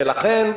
ולכן,